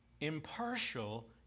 impartial